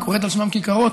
וקוראת על שמם כיכרות,